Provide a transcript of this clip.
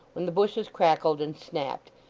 when the bushes crackled and snapped,